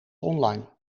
online